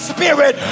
Spirit